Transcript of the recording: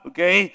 Okay